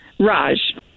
Raj